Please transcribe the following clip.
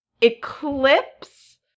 Eclipse